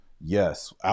Yes